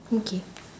okay